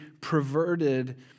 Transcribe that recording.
perverted